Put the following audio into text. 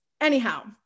anyhow